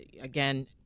again